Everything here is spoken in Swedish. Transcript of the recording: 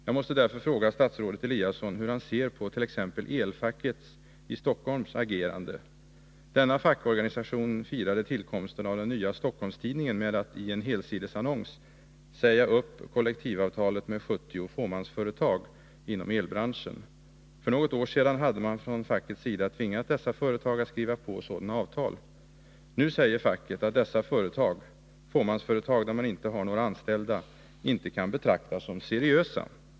Jag måste därför fråga statsrådet Eliasson hur han ser på t.ex. elfackets i Stockholm agerande. Denna fackorganisation firade tillkomsten av den nya Stockholmstidningen med att i en helsidesannons säga upp kollektivavtalet med 70 fåmansföretag inom elbranschen. För något år sedan hade man från fackets sida tvingat dessa företag att skriva på sådana avtal. Nu säger facket att dessa fåmansföretag, där man inte har några anställda, inte kan betraktas som seriösa.